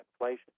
inflation